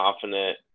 confident